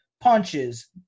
punches